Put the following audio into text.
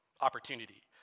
opportunity